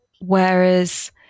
Whereas